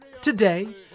Today